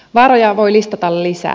vaaroja voi listata lisää